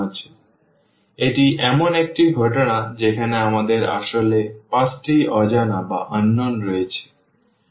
সুতরাং এটি এমন একটি ঘটনা যেখানে আমাদের আসলে 5 টি অজানা রয়েছে